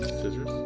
scissors.